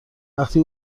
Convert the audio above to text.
وقتی